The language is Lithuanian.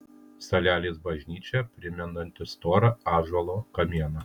salelės bažnyčia primenanti storą ąžuolo kamieną